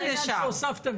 בירושלים, שהיא לא מאפיינת.